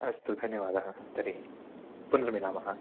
अस्तु धन्यवादः तर्हि पुनर्मिलामः